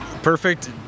Perfect